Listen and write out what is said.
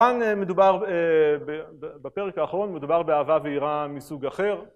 כאן מדובר, בפרק האחרון מדובר באהבה ויראה מסוג אחר